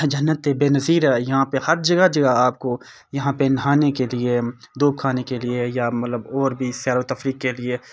جنت بے نظیر ہے یہاں پہ ہر جگہ جگہ آپ کو یہاں پہ نہانے کے لیے دھوپ کھانے کے لیے یا مطلب اور بھی سیر و تفریح کے لیے